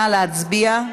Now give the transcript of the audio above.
נא להצביע.